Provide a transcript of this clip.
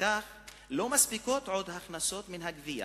לכך לא מספיקות עוד ההכנסות מהגבייה,